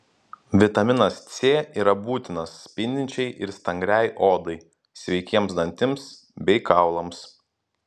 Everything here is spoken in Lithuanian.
vitaminas c yra būtinas spindinčiai ir stangriai odai sveikiems dantims bei kaulams